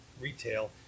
retail